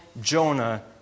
Jonah